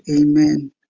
Amen